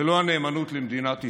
ולא הנאמנות למדינת ישראל.